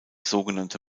sogenannte